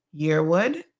Yearwood